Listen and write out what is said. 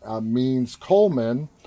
Means-Coleman